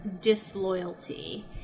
disloyalty